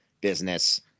business